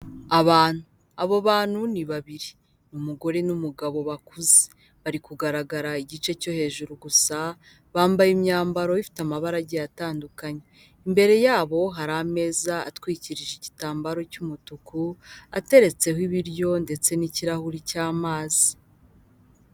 Abantu abo bantu ni babiri umugore n'umugabo bakuze bari kugaragara igice cyo hejuru gusa bambaye imyambaro ifite amabara agiye atandukanye, imbere yabo hari ameza atwikirije igitambaro cy'umutuku, ateretseho ibiryo ndetse n'ikirahure cy'amazi.